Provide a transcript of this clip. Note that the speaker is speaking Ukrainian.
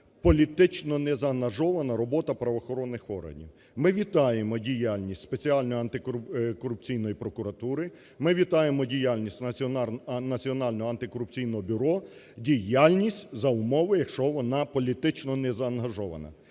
політично незаангажована робота правоохоронних органів. Ми вітаємо діяльність Спеціальної антикорупційної прокуратури, ми вітаємо діяльність Національного антикорупційного бюро, діяльність за умови, якщо вона політично незаангажована.